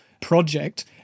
project